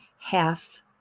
half